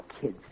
kids